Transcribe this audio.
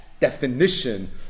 Definition